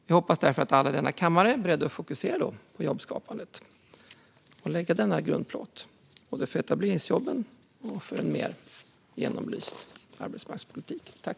Jag hoppas därför att alla i denna kammare är beredda att fokusera på jobbskapandet och lägga denna grundplåt för både etableringsjobben och en mer genomlyst arbetsmarknadspolitik.